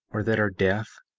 or that are deaf,